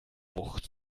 wucht